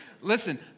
Listen